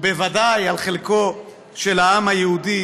ובוודאי על חלקו של העם היהודי